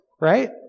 right